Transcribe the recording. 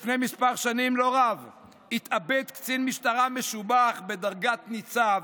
לפני מספר שנים לא רב התאבד קצין משטרה משובח בדרגת ניצב,